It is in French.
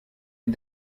est